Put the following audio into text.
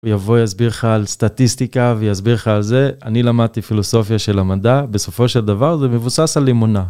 הוא יבוא, יסביר לך על סטטיסטיקה ויסביר לך על זה. אני למדתי פילוסופיה של המדע, בסופו של דבר זה מבוסס על אמונה.